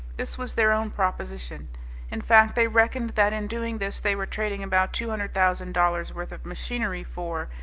this was their own proposition in fact, they reckoned that in doing this they were trading about two hundred thousand dollars' worth of machinery for,